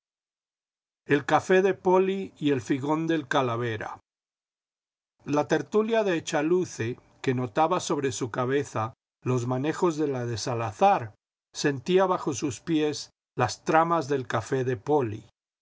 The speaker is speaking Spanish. el café de poli y el figun del calavera la tertulia de echaluce que notaba sobre su cabeza los manejos de la de salazar sentía bajo sus pies las tramas del café de poli